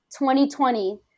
2020